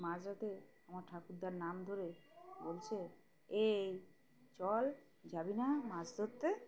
মাছরাতে আমার ঠাকুরদার নাম ধরে বলছে এই চল যাবি না মাছ ধরতে